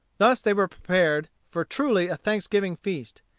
thus they were prepared for truly a thanksgiving feast.